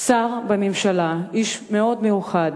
שר בממשלה, איש מאוד מיוחד,